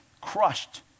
crushed